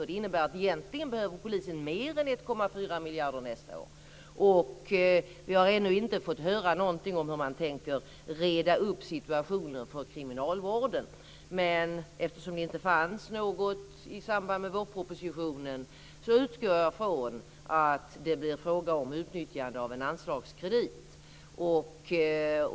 Det innebär att polisen egentligen behöver mer än 1,4 miljarder nästa år. Vi har ännu inte fått höra någonting om hur man tänker reda upp situationen för kriminalvården, men eftersom det inte sades något i samband med vårpropositionen utgår jag från att det blir fråga om utnyttjande av en anslagskredit.